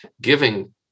giving